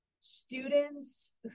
students